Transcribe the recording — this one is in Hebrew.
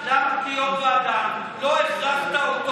למה כיושב-ראש ועדה לא הכרחת אותו,